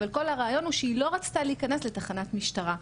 אבל כל הרעיון הוא שהיא לא רצתה להיכנס לתחנת משטרה.